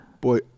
Boy